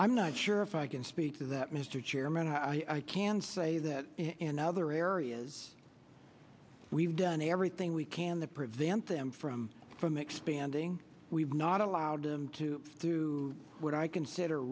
i'm not sure if i can speak to that mr chairman i can say that in other areas we've done everything we can to prevent them from from expanding we've not allowed them to do what i consider